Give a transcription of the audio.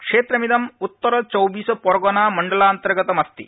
क्षेत्रमिदं Uttar Chaubis Pargana मण्डलान्तर्गतमस्ति